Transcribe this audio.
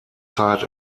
zeit